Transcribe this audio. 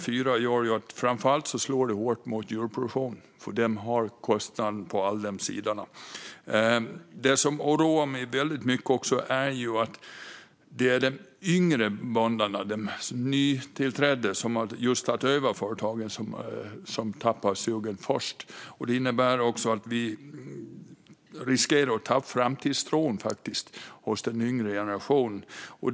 Framför allt slår detta hårt mot djurproduktionen, för den har kostnader på alla dessa sidor. Något som oroar mig väldigt mycket är att det är de yngre bönderna - de nytillträdda, som just har tagit över företagen - som tappar sugen först. Det innebär att vi riskerar att den yngre generationen tappar framtidstron.